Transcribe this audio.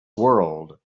world